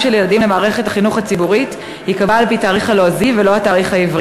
היא תחליט לאן תועבר הצעת